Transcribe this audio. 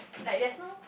like there's no